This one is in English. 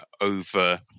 over